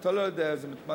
כשאתה לא יודע, זה מתמלא.